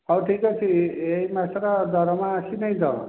ହଉ ଠିକ୍ ଅଛି ଏଇ ମାସର ଦରମା ଆସି ନାହିଁ ତ